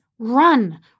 Run